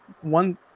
one